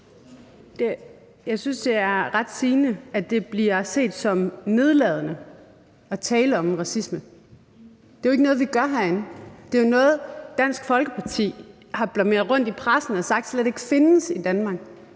Jeg synes, det er ret sigende, at det bliver set som nedladende at tale om racisme. Det er jo ikke noget, vi gør herinde. Det er jo noget, Dansk Folkeparti har turneret rundt i pressen med og sagt slet ikke findes i Danmark.